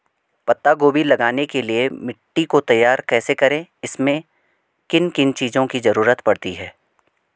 पत्ता गोभी लगाने के लिए मिट्टी को तैयार कैसे करें इसमें किन किन चीज़ों की जरूरत पड़ती है?